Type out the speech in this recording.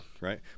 right